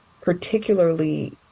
particularly